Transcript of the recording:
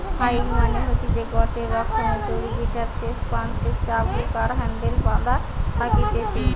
flail মানে হতিছে গটে রকমের দড়ি যেটার শেষ প্রান্তে চাবুক আর হ্যান্ডেল বাধা থাকতিছে